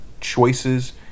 choices